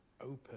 open